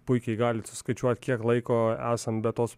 puikiai galit suskaičiuot kiek laiko esam be tos